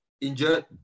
Injured